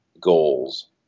goals